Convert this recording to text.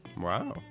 Wow